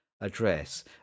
address